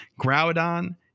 Groudon